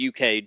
UK